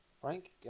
Frank